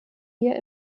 hier